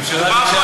הממשלה ביקשה,